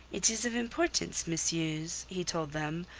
it is of importance, messieurs, he told them,